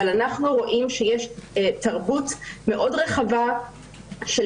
אבל אנחנו רואים שיש תרבות מאוד רחבה של